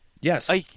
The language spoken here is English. Yes